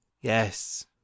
Yes